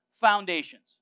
foundations